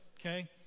Okay